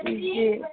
جی